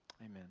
Amen